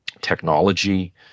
technology